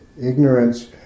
ignorance